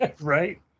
Right